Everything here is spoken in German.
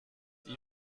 ihm